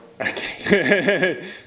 Okay